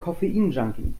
koffeinjunkie